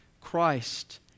Christ